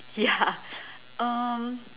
ya um